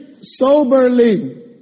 soberly